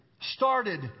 started